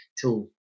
tool